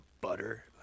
butter